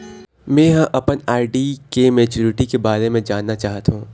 में ह अपन आर.डी के मैच्युरिटी के बारे में जानना चाहथों